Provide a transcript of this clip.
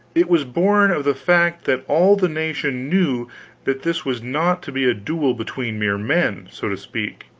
it was born of the fact that all the nation knew that this was not to be a duel between mere men, so to speak,